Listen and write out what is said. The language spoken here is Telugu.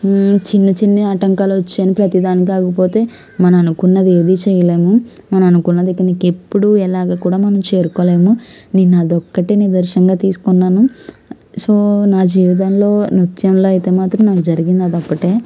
చిన్న చిన్న ఆటంకాలు వచ్చాయని ప్రతి దానికి ఆగిపోతే మన అనుకున్నది ఏదీ చేయలేము మన అనుకున్నది ఇంక ఎప్పుడూ ఎలాగ కూడా మనం చేరుకోలేము నేను అది ఒక్కటే నిదర్శంగా తీసుకున్నాను సో నా జీవితంలో నృత్యంలో అయితే మాత్రం నాకు జరిగింది అది అది ఒక్కటే